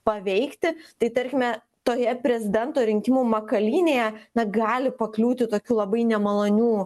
paveikti tai tarkime toje prezidento rinkimų makalynėje na gali pakliūti tokių labai nemalonių